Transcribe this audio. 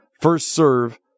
first-serve